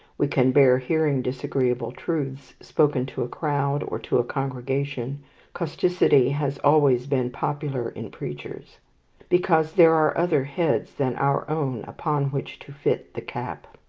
we can bear hearing disagreeable truths spoken to a crowd or to a congregation causticity has always been popular in preachers because there are other heads than our own upon which to fit the cap.